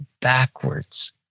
backwards